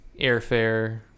airfare